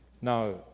Now